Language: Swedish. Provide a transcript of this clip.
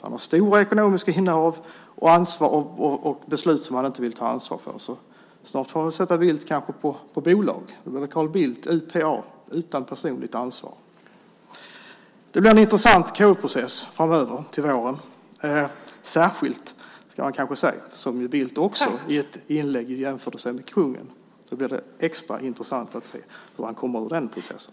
Han har stora ekonomiska innehav och beslut som han inte vill ta ansvar för. Snart får man väl kanske bilda ett bolag: Carl Bildt UPA - utan personligt ansvar. Det blir en intressant KU-process framöver till våren, särskilt som ju Bildt också i ett inlägg jämförde sig med kungen. Då blir det extra intressant att se hur han kommer ur den processen.